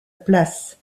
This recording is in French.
place